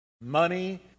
money